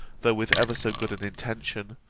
though with ever so good an intention,